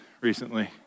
recently